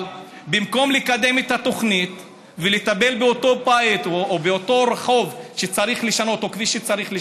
אבל במקום לקדם את התוכנית ולטפל באותו בית או באותו רחוב שצריך לשנות,